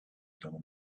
blown